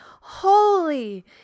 holy